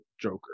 Joker